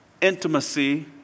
intimacy